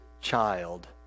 child